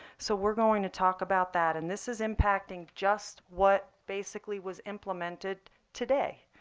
so we're going to talk about that. and this is impacting just what basically was implemented today,